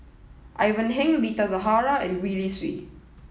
Ivan Heng Rita Zahara and Gwee Li Sui